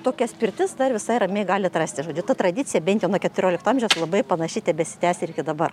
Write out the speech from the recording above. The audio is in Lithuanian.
tokias pirtis dar visai ramiai galit rasti žodžiu ta tradicija bent jau nuo keturiolikto amžiaus labai panaši tebesitęsia ir iki dabar